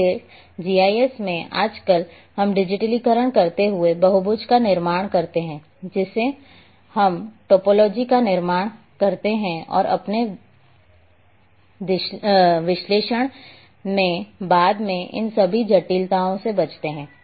इसलिए जीआईएस में आजकल हम डिजिटलीकरण करते हुए बहुभुज का निर्माण करते हैं जिसे हम टोपोलॉजी का निर्माण करते हैं और अपने विश्लेषण में बाद में इन सभी जटिलताओं से बचते हैं